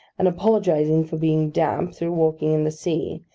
and, apologising for being damp through walking in the sea,